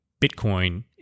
Bitcoin